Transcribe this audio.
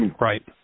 Right